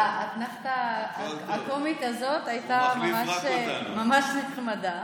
האתנחתה הקומית הזו הייתה ממש נחמדה.